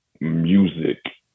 Music